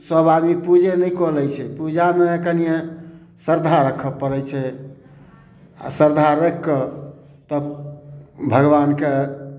सब आदमी पूजे नहि कऽ लै छै पूजामे कनिये श्रद्धा रखऽ पड़ै छै आ श्रद्धा राखि कऽ तब भगबानके